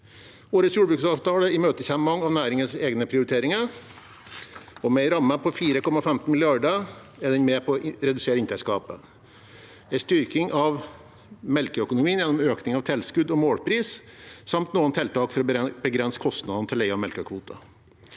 Årets jordbruksavtale imøtekommer mange av næringens egne prioriteringer. Med en ramme på 4,15 mrd. kr er den med på å redusere inntektsgapet. Den gir en styrking av melkeøkonomien gjennom økning av tilskudd og målpris samt noen tiltak for å begrense kostnadene til leie av melkekvoter.